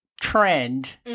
trend